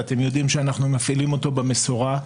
ואתם יודעים שאנחנו מפעילים אותו במשורה.